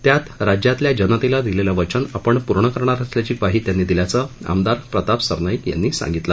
त्यात राज्यातल्या जनतेला दिलेलं वचन आपण पूर्ण करणार असल्याची ग्वाही त्यांनी दिल्याचं आमदार प्रताप सरनाईक यांनी सांगितलं